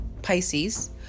Pisces